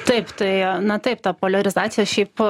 taip tai na taip ta poliarizacija šiaip